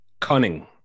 Cunning